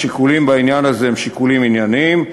השיקולים בעניין הזה הם שיקולים ענייניים,